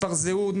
מספר זהות,